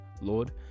Lord